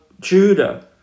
Judah